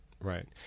Right